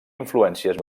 influències